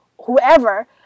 whoever